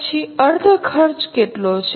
પછી અર્ધ ચલ ખર્ચ કેટલો છે